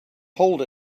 hold